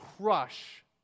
crush